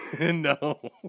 No